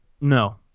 No